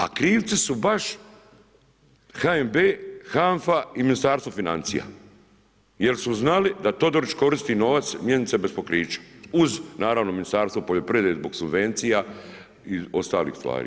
A krivci su baš HNB, HANFA i Ministarstvo financija jer su znali da Todorić koristi novac mjenica bez pokrića, uz naravno Ministarstvo poljoprivrede zbog subvencija i ostalih stvari.